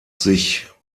sich